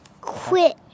Quit